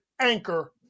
anchor